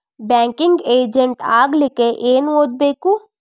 Banking agent ಆಗ್ಲಿಕ್ಕೆ ಏನ್ ಓದ್ಬೇಕು?